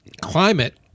climate